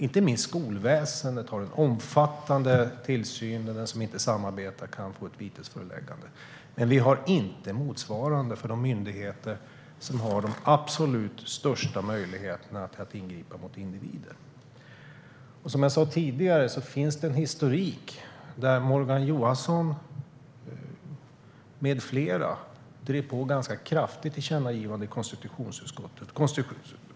Inte minst skolväsendet har en omfattande tillsyn, och den som inte samarbetar kan få ett vitesföreläggande. Men vi har inget motsvarande för de myndigheter som har de absolut största möjligheterna att ingripa mot individer. Som jag sa tidigare finns en historik där Morgan Johansson med flera drev på ganska kraftigt för ett tillkännagivande i konstitutionsutskottet.